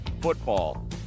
football